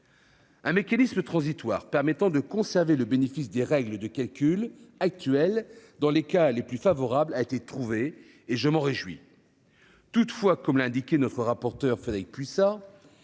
Un mécanisme transitoire, permettant de conserver le bénéfice des règles de calcul actuelles dans les cas les plus favorables, a été trouvé. Je m'en réjouis. Toutefois, comme l'a indiqué notre rapporteur Frédérique Puissat,